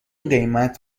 قیمت